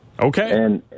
Okay